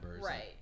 Right